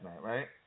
right